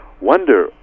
wonder